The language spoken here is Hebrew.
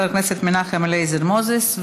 חבר הכנסת מנחם אליעזר מוזס,